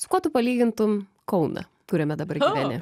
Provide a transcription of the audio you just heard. su kuo tu palygintum kauną kuriame dabar gyveni